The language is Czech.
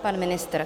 Pan ministr.